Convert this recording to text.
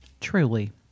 Truly